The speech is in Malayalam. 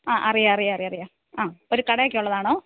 ആ അറിയാം അറിയാം അറിയാം അറിയാം ആ ഒരു കടയൊക്കെ ഉള്ളതാണോ